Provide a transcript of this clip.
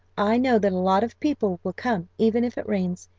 i know that a lot of people will come even if it rains,